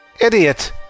Idiot